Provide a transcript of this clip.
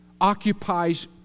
occupies